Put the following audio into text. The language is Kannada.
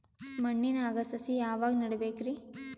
ಮಣ್ಣಿನಾಗ ಸಸಿ ಯಾವಾಗ ನೆಡಬೇಕರಿ?